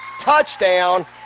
touchdown